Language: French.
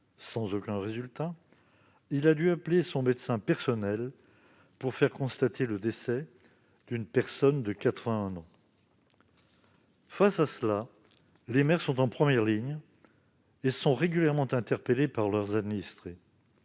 sans aucun résultat, il a dû appeler son médecin personnel pour faire constater le décès d'une personne de 81 ans. Face à cette situation, les maires sont en première ligne et sont régulièrement interpellés par leurs administrés.